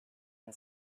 and